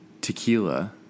tequila